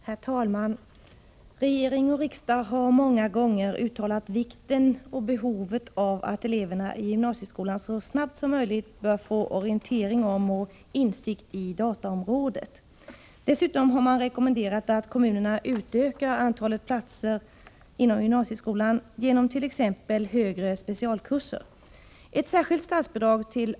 Herr talman! Regering och riksdag har många gånger uttalat vikten och behovet av att eleverna i gymnasieskolan så snart som möjligt får orientering om och insikt i dataområdet. Dessutom har kommunerna rekommenderats att utöka antalet platser inom gymnasieskolan genom attt.ex.